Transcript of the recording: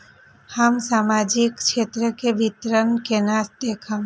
हम सामाजिक क्षेत्र के विवरण केना देखब?